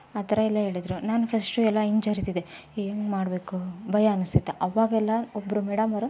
ಆ ಥರಯೆಲ್ಲ ಹೇಳಿದ್ರು ನಾನು ಫಸ್ಟು ಎಲ್ಲ ಹಿಂಜರಿತಿದ್ದೆ ಏನು ಮಾಡಬೇಕು ಭಯ ಅನಸ್ತಿತ್ತು ಅವಾಗೆಲ್ಲ ಒಬ್ಬರು ಮೇಡಮ್ ಅವರು